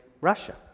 Russia